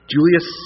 Julius